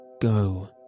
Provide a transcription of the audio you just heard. Go